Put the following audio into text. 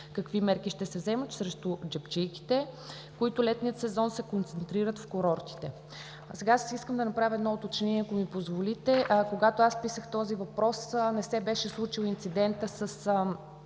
Какви мерки ще се вземат срещу джебчийките, които летния сезон се концентрират в курортите? Искам да направя едно уточнение, ако ми позволите. Когато писах този въпрос, не се беше случил инцидентът с